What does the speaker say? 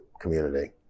community